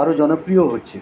আরও জনপ্রিয় হচ্ছে